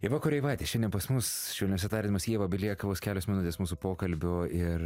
ieva koreivaitė šiandien pas mus švelniuose tardymuos ieva belieka vos kelios minutės mūsų pokalbio ir